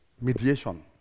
mediation